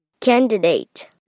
candidate